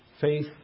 faith